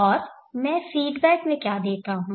और मैं फीडबैक में क्या देता हूं